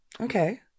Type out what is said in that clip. Okay